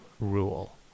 Rule